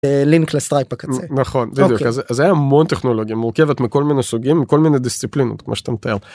לינק לסטרייפה קצת נכון זה המון טכנולוגיה מורכבת מכל מיני סוגים כל מיני דיסציפלינות כמו שאתה מתאר.